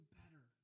better